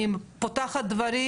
אני פותחת דברים,